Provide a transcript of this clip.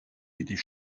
étaient